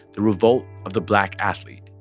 the revolt of the black athlete.